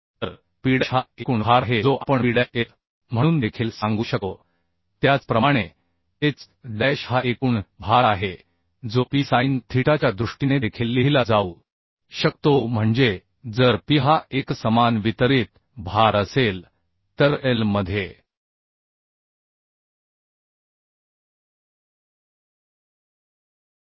तर Pडॅश हा एकूण भार आहे जो आपण Pडॅश L म्हणून देखील सांगू शकतो त्याचप्रमाणे h डॅश हा एकूण भार आहे जो Pसाइन थीटाच्या दृष्टीने देखील लिहिला जाऊ शकतो म्हणजे जर P हा एकसमान वितरित भार असेल तर L मध्ये